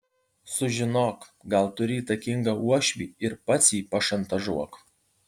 sužinok gal turi įtakingą uošvį ir pats jį pašantažuok